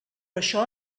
això